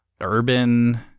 urban